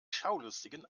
schaulustigen